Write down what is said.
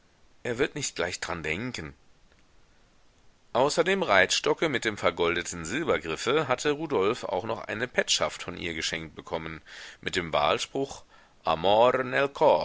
er wird nicht gleich dran denken außer dem reitstocke mit dem vergoldeten silbergriffe hatte rudolf auch noch ein petschaft von ihr geschenkt bekommen mit dem wahlspruch amor